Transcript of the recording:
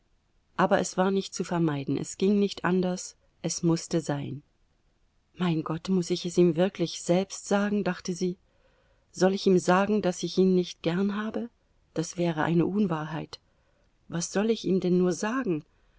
aber es war nicht zu vermeiden es ging nicht anders es mußte sein mein gott muß ich es ihm wirklich selbst sagen dachte sie soll ich ihm sagen daß ich ihn nicht gern habe das wäre eine unwahrheit was soll ich ihm denn nur sagen